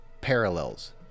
parallels